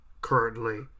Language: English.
currently